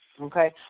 Okay